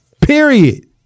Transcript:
Period